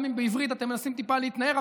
גם אם בעברית אתם מנסים טיפה להתנער.